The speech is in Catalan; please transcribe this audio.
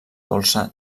dolça